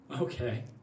okay